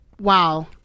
wow